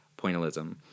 pointillism